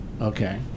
Okay